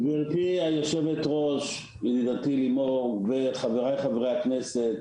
גברתי יושבת הראש וחבריי חברי הכנסת,